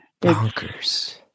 bonkers